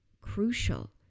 crucial